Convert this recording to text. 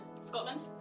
Scotland